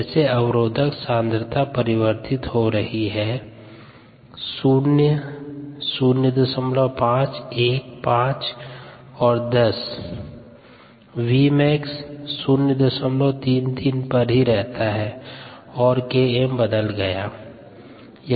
जैसे अवरोधक सांद्रता परिवर्तित हो रही है 0 05 1 5 और 10 Vmax 033 पर ही रहता है और Km बदल गया है